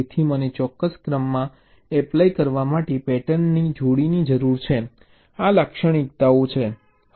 તેથી મને ચોક્કસ ક્રમમાં એપ્લાય કરવા માટે પેટર્નની જોડીની જરૂર છે આ લાક્ષણિકતા છે